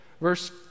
Verse